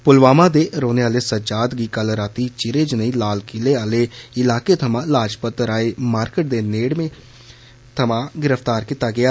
पुलवामा दे रौहने आले सज्जाद गी कल रातीं चिरे ज्नेई लाल किले आले इलाके थमां लाजपत राय मार्किट दे नेड़े थमां गिरफ्तार कीता गेआ